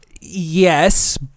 yes